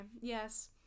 Yes